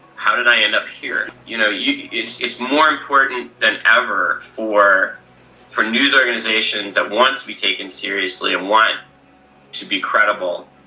how did i end up here? you know yeah it's it's more important than ever for for news organisations that want to be taken seriously and want to be credible,